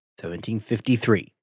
1753